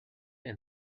and